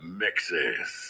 mixes